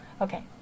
Okay